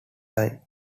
time